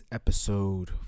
episode